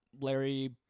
Larry